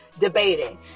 debating